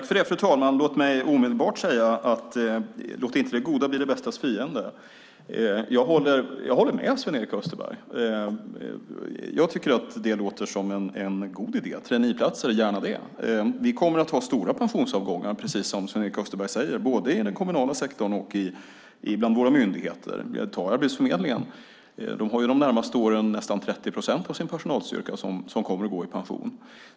Fru talman! Låt mig omedelbart säga att det goda inte får bli det bästas fiende. Jag håller med Sven-Erik Österberg. Jag tycker att det låter som en god idé - traineeplatser, gärna det! Vi kommer att ha stora pensionsavgångar, precis som Sven-Erik Österberg säger, både i den kommunala sektorn och bland våra myndigheter. Inom Arbetsförmedlingen kommer de närmaste åren nästan 30 procent av personalstyrkan att gå i pension.